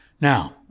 Now